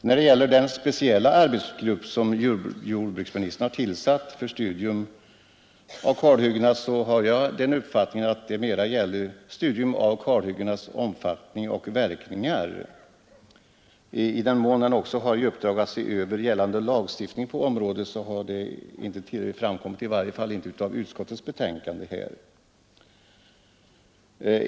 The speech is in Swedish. När det gäller den speciella arbetsgrupp som jordbruksministern har tillsatt för studium av kalhyggena har jag den uppfattningen att det mera gäller ett studium av kalhyggenas omfattning och verkningar. Huruvida arbetsgruppen också har i uppdrag att se över gällande lagstiftning på området har inte framkommit, i varje fall inte av utskottets betänkande.